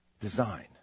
design